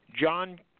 John